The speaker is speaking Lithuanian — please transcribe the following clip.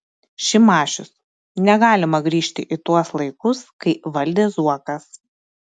šimašius negalima grįžti į tuos laikus kai valdė zuokas